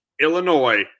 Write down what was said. Illinois